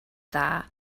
dda